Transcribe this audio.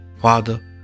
father